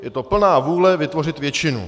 Je to plná vůle vytvořit většinu.